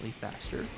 faster